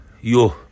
yo